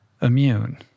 immune